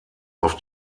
auf